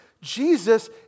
Jesus